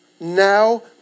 Now